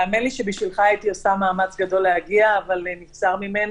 האמן לי שבשבילך הייתי עושה מאמץ גדול להגיע אבל נבצר ממני.